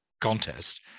contest